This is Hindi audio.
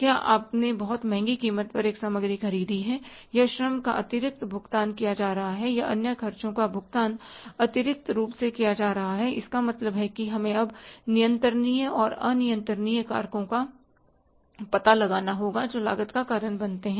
क्या आपने बहुत महंगी कीमत पर एक सामग्री खरीदी है या श्रम का अतिरिक्त भुगतान किया जा रहा है या अन्य ख़र्चों का भुगतान अतिरिक्त रूप से किया जा रहा है इसका मतलब है कि हमें अब नियंत्रणनिय और अनियंत्रितनिय कारकों का पता लगाना होगा जो लागत का कारण बनते हैं